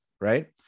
right